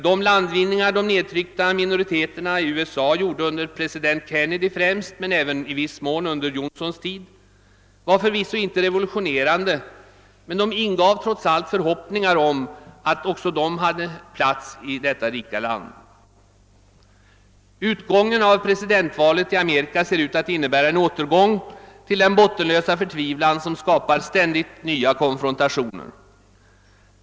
De landvinningar de nedtryckta minoriteterna i USA gjorde främst under president Kennedys men även i viss mån under Johnsons tid, var förvisso inte revolutionerande, men de ingav trots allt förhoppningar om att också de hade en plats i detta rika land. Utgången av presidentvalet i Amerika ser ut att innebära en återgång 1lill den bottenlösa förtvivlan som skapar ständigt nya konfrontationer.